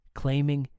claiming